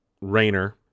Rayner